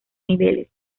niveles